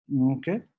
Okay